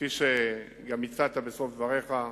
כפי שגם הצעת בסוף דבריך,